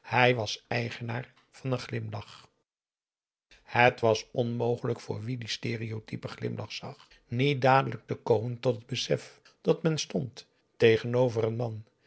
hij was eigenaar van een glimlach het was onmogelijk voor wie dien stereotypen glimlach zag niet dadelijk te komen tot het besef dat men p a daum hoe hij raad van indië werd onder ps maurits stond tegenover een man